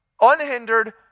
Unhindered